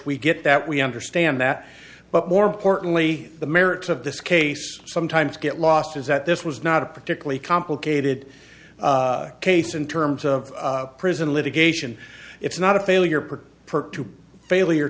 we get that we understand that but more importantly the merits of this case sometimes get lost is that this was not a particularly complicated case in terms of prison litigation it's not a failure part per to failure